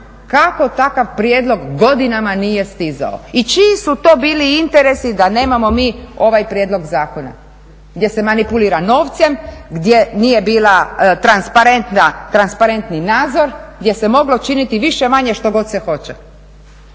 kako takav prijedlog godinama nije stizao i čiji su to bili interesi da nemamo mi ovaj prijedlog zakona gdje se manipulira novcem, gdje nije bila transparenti nadzor, gdje se moglo činiti više-manje što god se hoće.